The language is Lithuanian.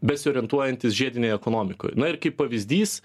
besiorientuojantys žiedinėj ekonomikoj na ir kaip pavyzdys